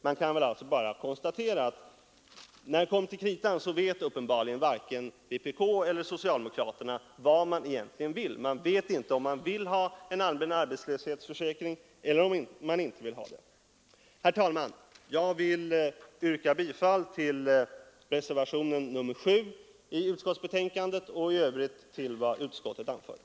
Jag konstaterar alltså att när det kommer till kritan vet uppenbarligen varken vpk eller socialdemokraterna vad man egentligen vill; man vet inte om man vill ha en allmän arbetslöshetsförsäkring eller inte. Herr talman! Jag yrkar bifall till reservationen 7 i inrikesutskottets betänkande och i övrigt bifall till utskottets hemställan.